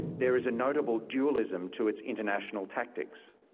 there is a notable dualism to its international tactics.